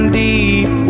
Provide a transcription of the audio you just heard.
deep